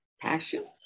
Passion